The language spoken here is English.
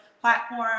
platform